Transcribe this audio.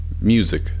music